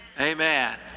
amen